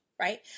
right